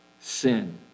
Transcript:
sin